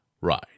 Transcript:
Right